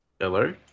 Hello